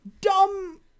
Dumb